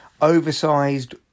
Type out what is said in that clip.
oversized